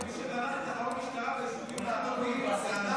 תפסיק להפריע לטלי גוטליב להפריע למנסור עבאס,